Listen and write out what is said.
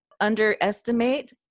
underestimate